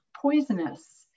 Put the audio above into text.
poisonous